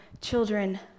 children